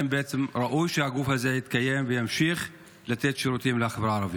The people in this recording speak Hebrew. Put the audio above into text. בעצם ראוי שהגוף הזה יתקיים וימשיך לתת שירותים לחברה הערבית.